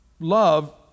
love